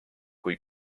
kui